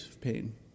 pain